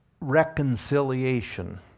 reconciliation